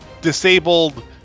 disabled